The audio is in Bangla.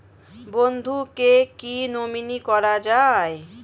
বন্ধুকে কী নমিনি করা যায়?